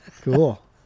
Cool